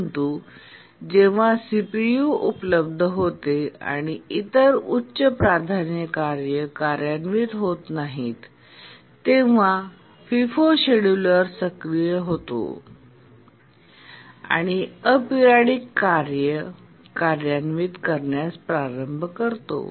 परंतु जेव्हा सीपीयू उपलब्ध होते आणि इतर उच्च प्राधान्य कार्ये कार्यान्वित होत नाहीत तेव्हा फिफो शेड्यूलर सक्रिय होतो आणि अॅपरियोडिक कार्ये कार्यान्वित करण्यास प्रारंभ करतो